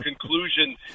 conclusion